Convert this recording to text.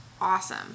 Awesome